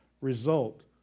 result